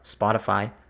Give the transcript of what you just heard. spotify